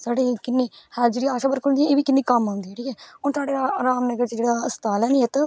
साढ़ी किन्नी है जेह्ड़ी आशा बर्कर होंदी एह् बी किन्नी कम्म औंदी ठीक ऐ हून थुआढ़े रा रामनगर च जेह्ड़ा अस्ताल है निं इत्त